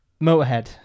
Motorhead